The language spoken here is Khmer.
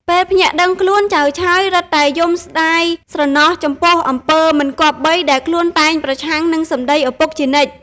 ពេលភ្ញាក់ដឹងខ្លួន ចៅឆើយរឹតតែយំស្តាយស្រណោះចំពោះអំពើមិនគប្បី ដែលខ្លួនតែងប្រឆាំងនឹងសម្តីឪពុកជានិច្ច ។